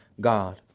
God